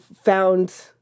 found